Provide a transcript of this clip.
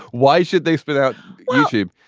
why should they so without youtube?